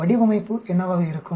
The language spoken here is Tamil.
வடிவமைப்பு என்னவாக இருக்கும்